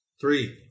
three